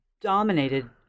—dominated